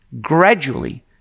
gradually